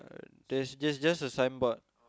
uh there's there's just a signboard